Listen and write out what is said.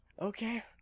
Okay